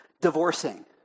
divorcing